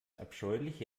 abscheuliche